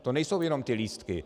To nejsou jenom ty lístky.